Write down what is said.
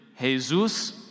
Jesus